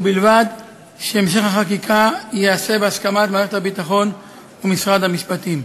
ובלבד שהמשך החקיקה ייעשה בהסכמת מערכת הביטחון ומשרד המשפטים.